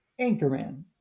Anchorman